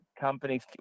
companies